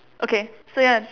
okay so you want